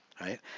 right